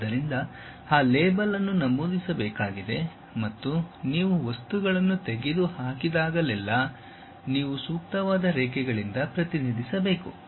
ಆದ್ದರಿಂದ ಆ ಲೇಬಲ್ ಅನ್ನು ನಮೂದಿಸಬೇಕಾಗಿದೆ ಮತ್ತು ನೀವು ವಸ್ತುಗಳನ್ನು ತೆಗೆದುಹಾಕಿದಾಗಲೆಲ್ಲಾ ನೀವು ಸೂಕ್ತವಾದ ರೇಖೆಗಳಿಂದ ಪ್ರತಿನಿಧಿಸಬೇಕು